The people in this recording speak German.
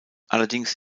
allerdings